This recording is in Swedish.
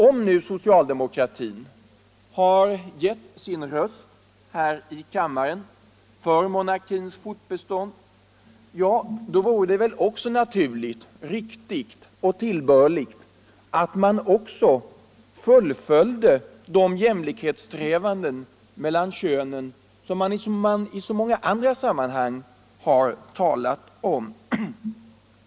Om nu socialdemokratin här i kammaren bestämt sig för och = givit sin röst för monarkins fortbestånd, borde det vara naturligt, riktigt — Vissa grundlagsfråoch tillbörligt att man också fullföljde de strävanden till jämlikhet mellan — gor könen som man i så många andra sammanhang har talat om.